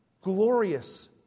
glorious